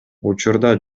учурда